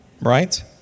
right